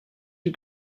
you